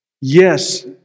Yes